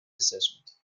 assessment